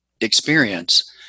experience